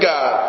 God